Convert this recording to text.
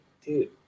dude